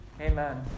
amen